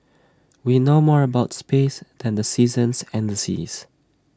we know more about space than the seasons and the seas